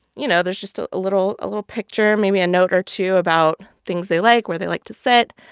you know, there's just a little a little picture, maybe a note or two about things they like, where they like to sit.